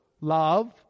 love